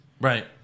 Right